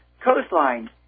coastline